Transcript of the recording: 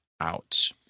out